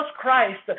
Christ